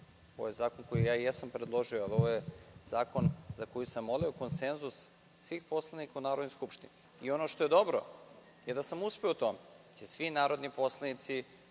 Ovo je zakon koji ja jesam predložio, ali ovo je zakon za koji sam molio konsenzus svih poslanika u Narodnoj skupštini. Ono što je dobro je da sam uspeo u tome, da će svi narodni poslanici